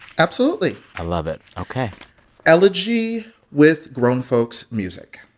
absolutely i love it. ok elegy with grown folks' music